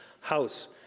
House